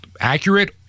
accurate